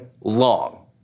long